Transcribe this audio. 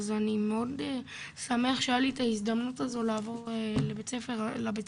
אז אני מאוד שמח שהיה לי את ההזדמנות הזאת לעבור לבית הספר הזה.